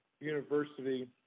university